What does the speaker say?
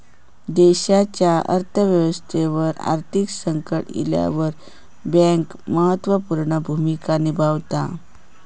देशाच्या अर्थ व्यवस्थेवर आर्थिक संकट इल्यावर बँक महत्त्व पूर्ण भूमिका निभावता